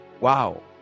Wow